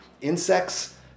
insects